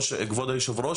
כבוד היו"ר,